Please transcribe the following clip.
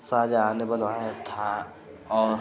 शाहजहाँ ने बनाया था और